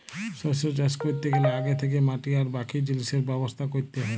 শস্য চাষ ক্যরতে গ্যালে আগে থ্যাকেই মাটি আর বাকি জিলিসের ব্যবস্থা ক্যরতে হ্যয়